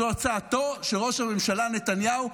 זו הצעתו של ראש הממשלה נתניהו.